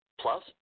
Plus